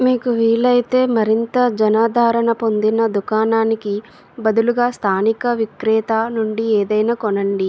మీకు వీలైతే మరింత జనాదరణ పొందిన దుకాణానికి బదులుగా స్థానిక విక్రేత నుండి ఏదైనా కొనండి